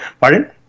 Pardon